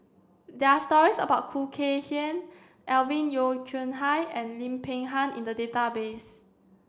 there are stories about Khoo Kay Hian Alvin Yeo Khirn Hai and Lim Peng Han in the database